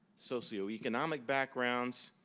socioeconomic backgrounds,